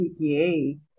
CPA